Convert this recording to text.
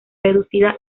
reducida